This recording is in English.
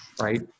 right